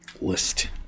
list